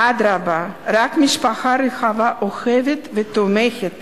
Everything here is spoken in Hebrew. אדרבה, רק משפחה רחבה אוהבת ותומכת